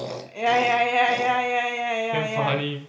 ya ya ya ya ya ya ya ya